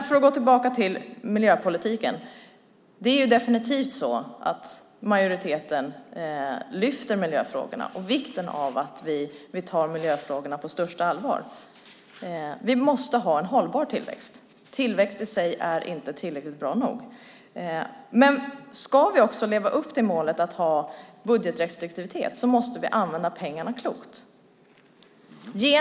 För att gå tillbaka till miljöpolitiken är det definitivt så att majoriteten lyfter upp miljöfrågorna och vikten av att ta miljöfrågorna på största allvar. Vi måste ha en hållbar tillväxt. Tillväxt i sig är inte tillräckligt bra. Men ska vi leva upp till målet att ha budgetrestriktivitet måste vi använda pengarna klokt.